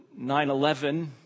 9-11